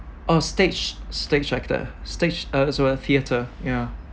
orh stage stage actor stage uh theatre ya